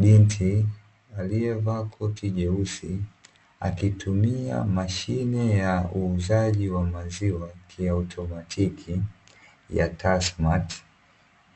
Binti alievaa koti jeusi akitumia mashine ya uuzaaji wa maziwa kiautomatiki ya tassmatt,